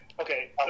Okay